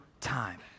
time